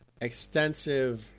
extensive